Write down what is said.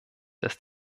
dass